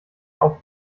auf